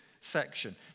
section